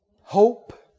hope